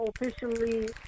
officially